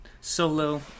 Solo